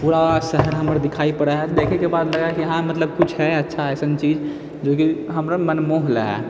पूरा शहर हमरा दिखाइ पड़ै है देखैके बाद लगै है कि हँ मतलब किछु है अच्छा ऐसन चीज जो कि हमरा मन मोह लै है